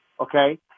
Okay